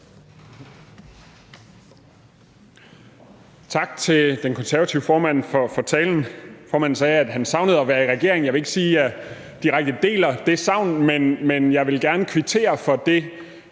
Tak til den konservative formand for talen. Formanden sagde, at han savner at være i regering. Jeg vil ikke sige, at jeg direkte deler det savn, men jeg vil gerne kvittere for det